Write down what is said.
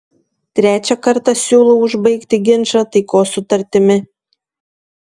trečią kartą siūlau užbaigti ginčą taikos sutartimi